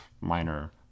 minor